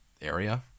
area